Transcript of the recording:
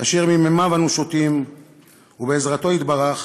אשר ממימיו אנו שותים ובעזרתו יתברך